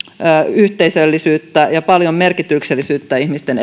yhteisöllisyyttä ja paljon merkityksellisyyttä ihmisten